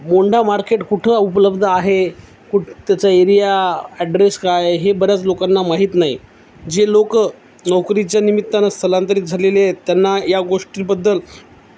मोंडा market कुठं उपलब्ध आहे कुठ त्याचा एरिया ॲड्रेस काय हे बऱ्याच लोकांना माहीत नाही जे लोक नोकरीच्या निमित्तानं स्थलांतरित झालेले आहेत त्यांना या गोष्टीबद्दल